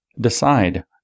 decide